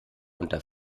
unter